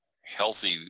healthy